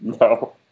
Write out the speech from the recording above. no